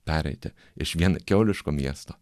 pereiti iš vien kiauliško miesto